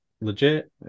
legit